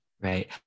Right